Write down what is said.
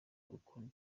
ukuntu